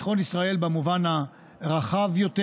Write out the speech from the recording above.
ביטחון ישראל במובן הרחב יותר,